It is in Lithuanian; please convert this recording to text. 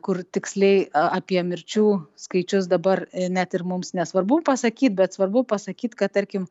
kur tiksliai apie mirčių skaičius dabar net ir mums nesvarbu pasakyt bet svarbu pasakyt kad tarkim